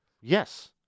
Yes